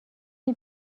این